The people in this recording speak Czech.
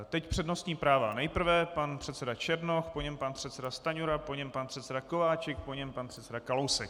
Teď přednostní práva: nejprve pan předseda Černoch, po něm pan předseda Stanjura, po něm pan předseda Kováčik, po něm pan předseda Kalousek.